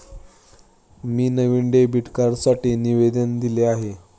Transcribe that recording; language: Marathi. मी नवीन डेबिट कार्डसाठी निवेदन दिले आहे